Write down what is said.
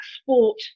sport